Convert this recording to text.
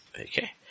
Okay